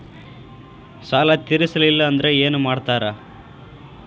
ಸಾಲ ತೇರಿಸಲಿಲ್ಲ ಅಂದ್ರೆ ಏನು ಮಾಡ್ತಾರಾ?